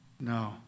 No